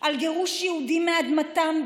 על גירוש יהודים מאדמתם,